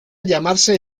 llamarse